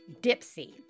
Dipsy